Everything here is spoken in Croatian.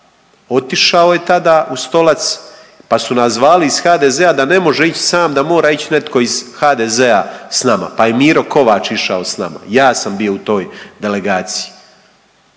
otišao je tada u Stolac pa su nas zvali iz HDZ-a da ne može ić sam da mora ić netko iz HDZ-a s nama, pa je Miro Kovač išao s nama, ja sam bio u toj delegaciji.